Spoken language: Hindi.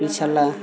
पिछला